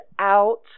out